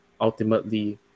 ultimately